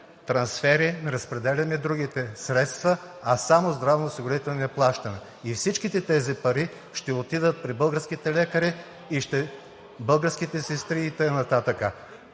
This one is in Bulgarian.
трансфери, не разпределяме другите средства, а само здравноосигурителни плащания и всичките тези пари ще отидат при българските лекари и българските сестри, и така